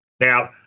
Now